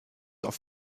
auf